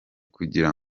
kugira